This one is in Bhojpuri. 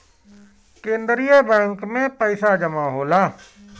केंद्रीय बैंक में पइसा जमा होला